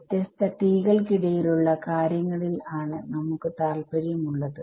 വ്യത്യസ്ത T കൾ ക്കിടയിലുള്ള കാര്യങ്ങളിൽ ആണ് നമുക്ക് താല്പര്യം ഉള്ളത്